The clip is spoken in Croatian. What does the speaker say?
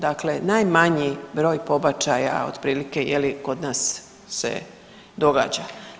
Dakle najmanji broj pobačaja otprilike, je li, kod nas se događa.